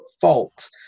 fault